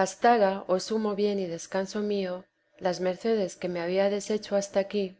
bastara oh sumo bien y descanso mío las mercedes que ms habíades hecho hasta aquí